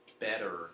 better